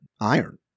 iron